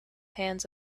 hands